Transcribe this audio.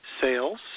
sales